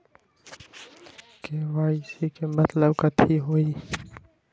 KYC के मतलब कथी होई?